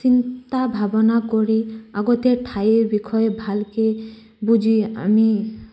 চিন্তা ভাৱনা কৰি আগতে ঠাইৰ বিষয়ে ভালকে বুজি আমি